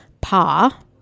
Pa